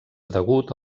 degut